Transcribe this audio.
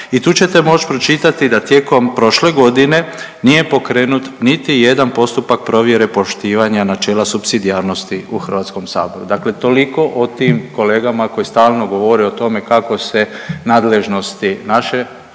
i tu ćete moći pročitati da tijekom prošle godine nije pokrenut niti jedan postupak provjere poštivanja načela supsidijarnosti u Hrvatskom saboru. Dakle, toliko o tim kolegama koji stalno govore o tome kako se nadležnosti naše hrvatske